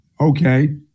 okay